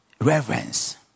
Reverence